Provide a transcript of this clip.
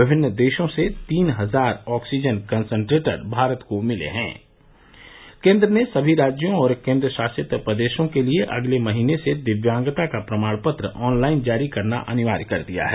विभिन्न देशों से तीन हजार ऑक्सीजन कंसंट्रेटर भारत को मिले हैं केन्द्र ने सभी राज्यों और केन्द्रशासित प्रदेशों के लिए अगले महीने से दिव्यांगता का प्रमाण पत्र ऑनलाइन जारी करना अनिवार्य कर दिया है